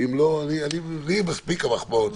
לי מספיק, המחמאות.